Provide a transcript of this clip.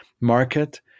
market